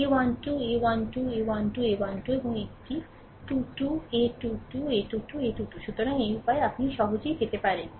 a 1 2 a 1 2 a 1 2 a 1 2 এবং একটি 2 2 a 2 2 a 2 2 a 2 2 সুতরাং এই উপায় আপনি সহজেই পেতে পারেন